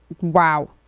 Wow